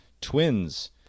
twins